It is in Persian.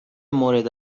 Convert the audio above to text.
مورد